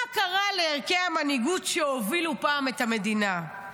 מה קרה לערכי המנהיגות שהובילו פעם את המדינה?